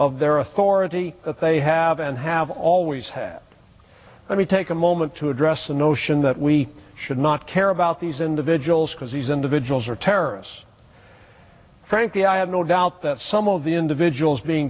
of their authority that they have and have always had let me take a moment to address the notion that we should not care about these individuals because these individuals are terrorists frankly i have no doubt that some of the individuals being